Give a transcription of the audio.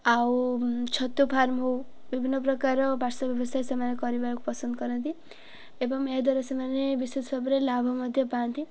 ଆଉ ଛତୁ ଫାର୍ମ ହେଉ ବିଭିନ୍ନ ପ୍ରକାର ପାର୍ଶ୍ଵ ବ୍ୟବସାୟ ସେମାନେ କରିବାକୁ ପସନ୍ଦ କରନ୍ତି ଏବଂ ଏହାଦ୍ୱାରା ସେମାନେ ବିଶେଷ ଭାବରେ ଲାଭ ମଧ୍ୟ ପାଆନ୍ତି